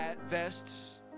vests